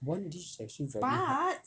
one dish actually very hard